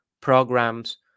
programs